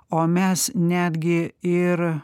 o mes netgi ir